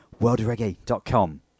worldreggae.com